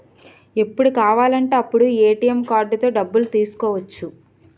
ఎప్పుడు కావాలంటే అప్పుడు ఏ.టి.ఎం కార్డుతో డబ్బులు తీసుకోవచ్చు